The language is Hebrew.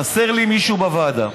חסר לי מישהו בוועדה.